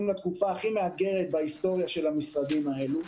לתקופה הכי מאתגרת בהיסטוריה של המשרדים הללו.